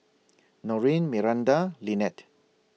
Norene Miranda and Lynette